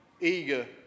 eager